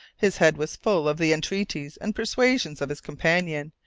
his head was full of the entreaties and persuasion of his companion,